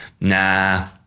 nah